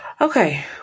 Okay